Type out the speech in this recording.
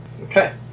Okay